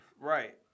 Right